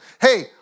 Hey